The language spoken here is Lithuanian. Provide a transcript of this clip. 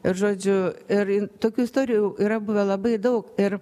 ir žodžiu ir tokių istorijų yra buvę labai daug ir